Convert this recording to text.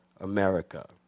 America